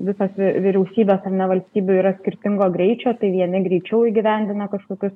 visos vyriausybės ar ne valstybių yra skirtingo greičio tai vieni greičiau įgyvendina kažkokius